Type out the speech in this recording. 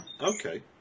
Okay